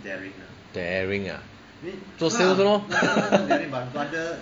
daring ah 做 sales lor